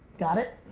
got it?